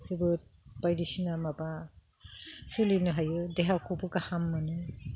जोबोद बायदिसिना माबा सोलिनो हायो देहाखौबो गाहाम मोनो